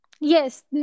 yes